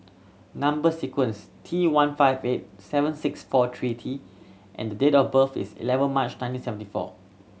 number sequence T one five eight seven six four three T and the date of birth is eleven March nineteen seventy four